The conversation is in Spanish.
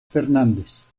fernández